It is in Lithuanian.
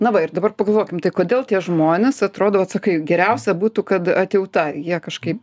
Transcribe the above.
na va ir dabar pagalvokim tai kodėl tie žmonės atrodo vat sakai geriausia būtų kad atjauta jie kažkaip